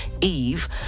EVE